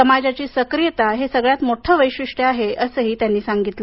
समाजाची सक्रीयता हे सगळ्यात मोठे वैशिष्ट्य आहे असंही त्यांनी सांगितलं